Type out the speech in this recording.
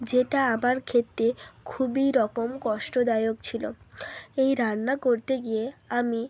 যেটা আমার ক্ষেত্রে খুবই রকম কষ্টদায়ক ছিল এই রান্না করতে গিয়ে আমি